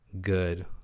good